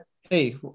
Hey